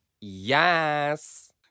yes